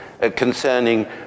concerning